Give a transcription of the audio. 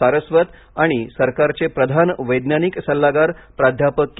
सारस्वत आणि सरकारचे प्रधान वैज्ञानिक सल्लागार प्राध्यापक के